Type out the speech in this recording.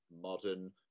modern